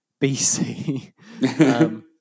BC